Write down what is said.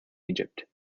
egypt